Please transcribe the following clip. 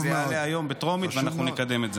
זה יעלה היום בטרומית, ואנחנו נקדם את זה.